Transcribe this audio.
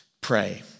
Pray